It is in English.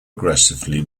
aggressively